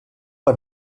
per